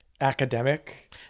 academic